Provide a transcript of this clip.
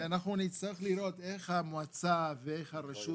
ואנחנו נצטרך לראות איך המועצה ואיך הרשות